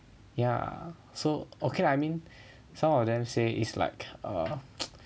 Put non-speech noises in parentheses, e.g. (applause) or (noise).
ya so okay lah I mean some of them say is like err (noise)